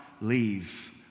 leave